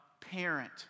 parent